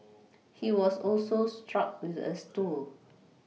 he was also struck with a stool